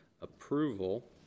approval